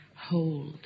hold